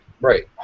Right